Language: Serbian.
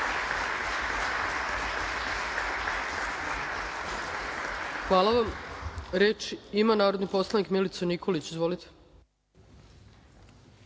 Hvala vam. Reč ima narodni poslanik Milica Nikolić. Izvolite.